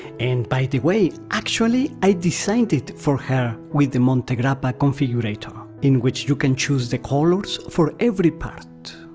and by the way, actually, i designed it for her with the montegrappa configurator, in which you can choose the colors for every part.